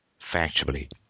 factually